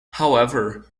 however